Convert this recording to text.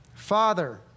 Father